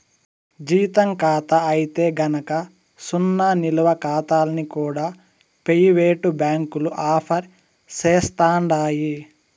జీతం కాతా అయితే గనక సున్నా నిలవ కాతాల్ని కూడా పెయివేటు బ్యాంకులు ఆఫర్ సేస్తండాయి